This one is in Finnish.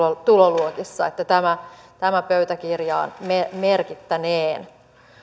tuloluokissa tämä tämä pöytäkirjaan merkittäneen